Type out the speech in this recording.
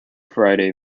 friday